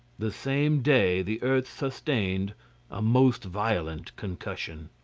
the same day the earth sustained a most violent concussion.